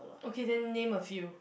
okay then name a few